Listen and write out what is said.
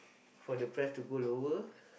for the price to go lower